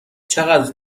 چقدر